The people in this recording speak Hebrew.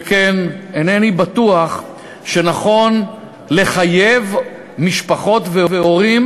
שכן אינני בטוח שנכון לחייב משפחות והורים